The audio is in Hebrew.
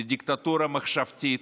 לדיקטטורה מחשבתית,